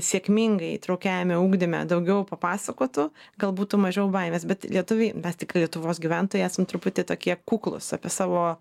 sėkmingai įtraukiajame ugdyme daugiau papasakotų gal būtų mažiau baimės bet lietuviai mes tikrai lietuvos gyventojai esam truputį tokie kuklūs apie savo